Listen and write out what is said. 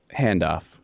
handoff